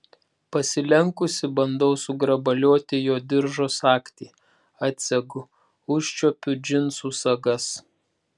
pasilenkusi bandau sugrabalioti jo diržo sagtį atsegu užčiuopiu džinsų sagas